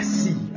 see